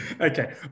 Okay